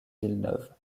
villeneuve